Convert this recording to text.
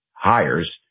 hires